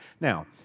Now